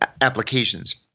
applications